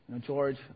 George